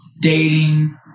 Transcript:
dating